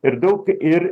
ir daug ir